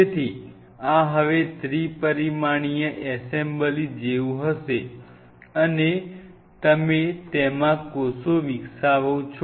તેથી આ હવે ત્રિપરિમાણીય એસેમ્બલી જેવું હશે અને તમે તેમાં કોષો વિકસાવો છો